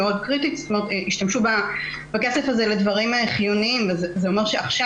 הן השתמשו בכסף הזה לדברים חיוניים וזה אומר שעכשיו